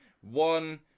One